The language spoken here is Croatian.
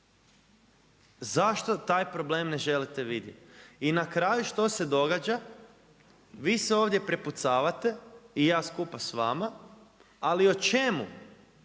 Zašto taj problem ne želite vidjet? I na kraju što se događa? Vi se ovdje prepucavate, i ja skupa s vama, ali o čemu?